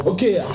Okay